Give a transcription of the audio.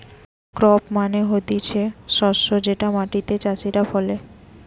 crop মানে হতিছে শস্য যেটা মাটিতে চাষীরা ফলে